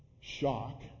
shock